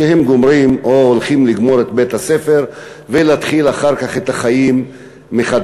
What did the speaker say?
כשהם גומרים או הולכים לגמור את בית-הספר ולהתחיל אחר כך את החיים מחדש